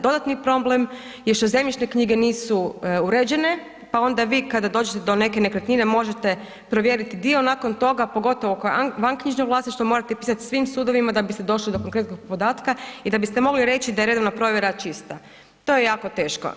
Dodatni problem je što zemljišne knjige nisu uređene, pa onda vi kada dođete do neke nekretnine možete provjeriti dio nakon toga pogotovo kao vanknjižno vlasništvo morate pisati svim sudovima da biste došli do konkretnog podatka i da biste mogli reći da je redovna provjera čista, to je jako teško.